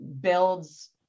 builds